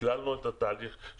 שכללנו את התהליך,